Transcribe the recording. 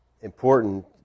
important